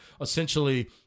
essentially